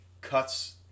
cuts